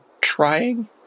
Trying